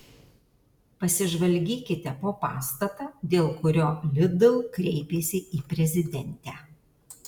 pasižvalgykite po pastatą dėl kurio lidl kreipėsi į prezidentę